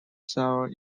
several